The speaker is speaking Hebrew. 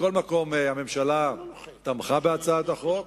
מכל מקום, הממשלה תמכה בהצעת החוק.